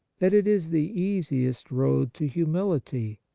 that it is the easiest road to humility,